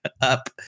up